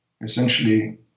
essentially